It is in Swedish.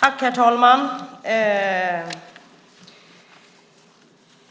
Herr talman!